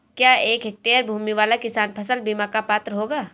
क्या एक हेक्टेयर भूमि वाला किसान फसल बीमा का पात्र होगा?